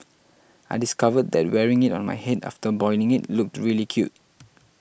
I discovered that wearing it on my head after boiling it looked really cute